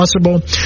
possible